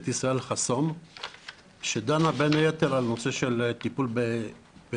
ישראל חסון שדנה בין היתר על הנושא של טיפול ב-PTSD,